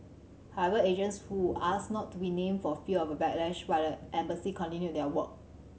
however agents who asked not to be named for fear of a backlash by the embassy continued their work